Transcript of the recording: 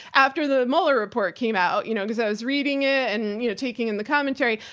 after the mueller report came out, you know, cause i was reading it and you know, taking in the commentary.